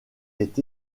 est